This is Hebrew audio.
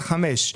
זה עוד חמש,